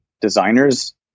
designers